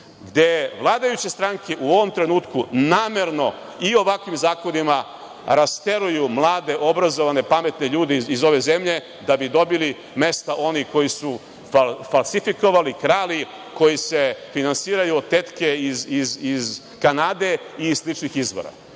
gde vladajuće stranke u ovom trenutku namerno i ovakvim zakonima rasteruju mlade, obrazovane, pametne ljude iz ove zemlje, da bi dobili mesta oni koji su falsifikovali, krali, koji se finansiraju od tetke iz Kanade i sličnih izvora.